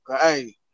Hey